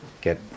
get